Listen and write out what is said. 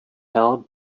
held